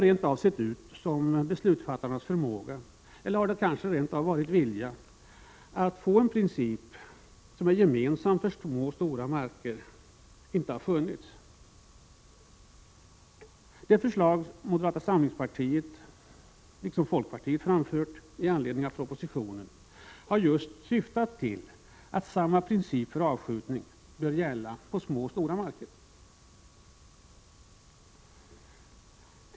Det har sett ut som om beslutsfattarnas förmåga eller kanske rent av vilja att åstadkomma en princip som är gemensam för små och stora marker inte har funnits. Det förslag som moderata samlingspartiet liksom folkpartiet framfört i anledning av propositionen har syftat just till att samma princip för avskjutning bör gälla på såväl små som stora marker.